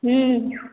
हूँ